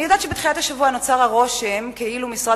אני יודעת שבתחילת השבוע נוצר הרושם כאילו משרד